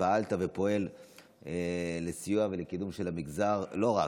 פעל ופועל לסיוע ולקידום של המגזר, לא רק,